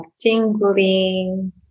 tingling